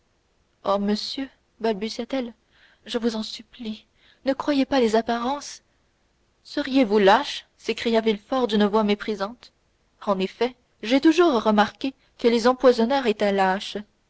ô monsieur balbutia-t-elle je vous en supplie ne croyez pas les apparences seriez-vous lâche s'écria villefort d'une voix méprisante en effet j'ai toujours remarqué que les empoisonneurs